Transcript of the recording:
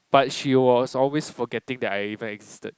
but she was always forgetting that I even existed